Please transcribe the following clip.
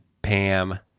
Pam